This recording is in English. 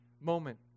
moment